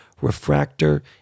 refractor